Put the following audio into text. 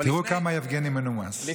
תראו כמה יבגני מנומס, אומר מזל טוב.